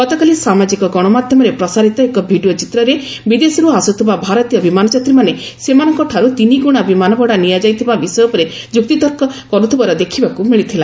ଗତକାଲି ସାମାଜିକ ଗଣମାଧ୍ୟମରେ ପ୍ରସାରିତ ଏକ ଭିଡ଼ିଓ ଚିତ୍ରରେ ବିଦେଶରୁ ଆସୁଥିବା ଭାରତୀୟ ବିମାନଯାତ୍ରୀମାନେ ସେମାନଙ୍କଠାରୁ ତିନିଗୁଣା ବିମାନଭଡ଼ା ନିଆଯାଇଥିବା ବିଷୟ ଉପରେ ଯୁକ୍ତିତର୍କ କରୁଥିବାର ଦେଖିବାକୁ ମିଳିଥିଲା